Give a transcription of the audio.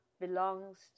belongs